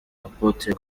apôtre